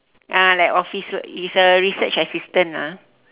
ah like office work it's a research assistant ah